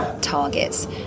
targets